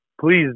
please